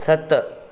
सत